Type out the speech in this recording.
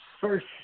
First